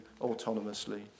autonomously